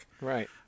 Right